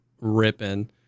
ripping